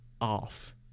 off